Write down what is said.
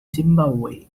zimbabwe